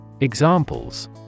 Examples